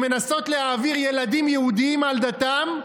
שמנסות להעביר ילדים יהודים על דתם,